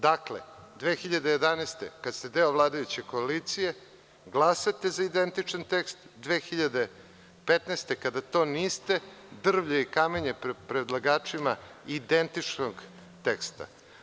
Dakle, 2011. godine, kada ste deo vladajuće koalicije, glasate za identičan tekst, a 2015. godine, kada to niste, drvlje i kamenje pred predlagačima identičnog teksta.